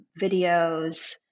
videos